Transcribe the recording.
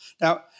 Now